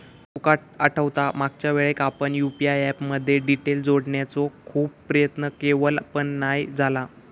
तुका आठवता मागच्यावेळेक आपण यु.पी.आय ऍप मध्ये डिटेल जोडण्याचो खूप प्रयत्न केवल पण नाय झाला